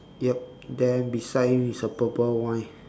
yup then beside him is a purple wine